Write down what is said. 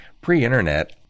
pre-internet